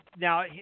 now